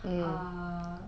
err